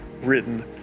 written